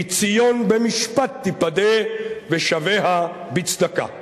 כי ציון במשפט תיפדה ושביה בצדקה.